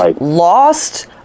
lost